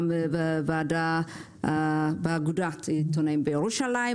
גם באגודת העיתונאים בירושלים,